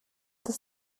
des